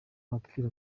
bapfira